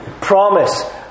promise